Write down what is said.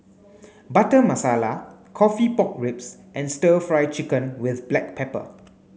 butter masala coffee pork ribs and stir fry chicken with black pepper